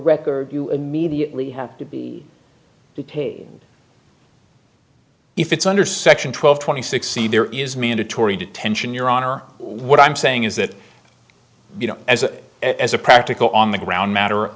record you immediately have to be detained if it's under section twelve twenty six e there is mandatory detention your honor what i'm saying is that you know as that as a practical on the ground matter